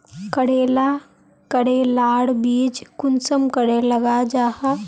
करेला करेलार बीज कुंसम करे लगा जाहा?